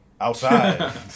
Outside